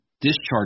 discharge